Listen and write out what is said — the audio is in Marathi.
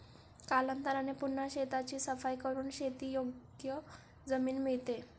कालांतराने पुन्हा शेताची सफाई करून शेतीयोग्य जमीन मिळते